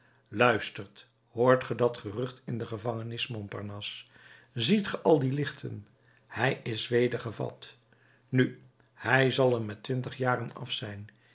luistert hoort ge dat gerucht in de gevangenis montparnasse ziet ge al die lichten hij is weder gevat nu hij zal er met twintig jaren af zijn